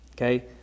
Okay